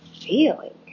Feeling